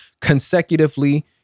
consecutively